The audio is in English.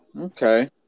okay